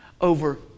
over